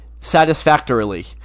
satisfactorily